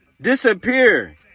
disappear